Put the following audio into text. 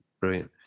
Brilliant